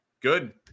Good